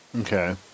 Okay